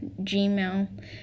gmail